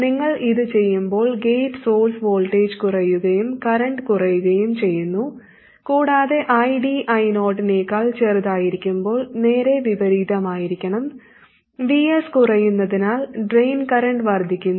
നിങ്ങൾ ഇത് ചെയ്യുമ്പോൾ ഗേറ്റ് സോഴ്സ് വോൾട്ടേജ് കുറയുകയും കറന്റ് കുറയുകയും ചെയ്യുന്നു കൂടാതെ ID I0 നേക്കാൾ ചെറുതായിരിക്കുമ്പോൾ നേരെ വിപരീതമായിരിക്കണം Vs കുറയുന്നതിനാൽ ഡ്രെയിൻ കറന്റ് വർദ്ധിക്കുന്നു